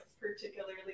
particularly